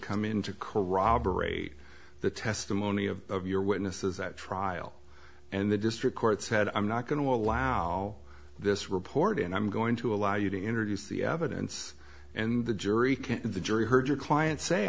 come in to corroborate the testimony of your witnesses at trial and the district court said i'm not going to allow this report and i'm going to allow you to introduce the evidence and the jury the jury heard your client say